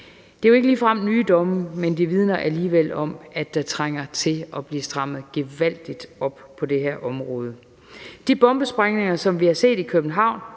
Det er jo ikke ligefrem nye domme, men de vidner alligevel om, at der trænger til at blive strammet gevaldigt op på det her område. De bombesprængninger, som vi har set i København,